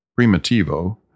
Primitivo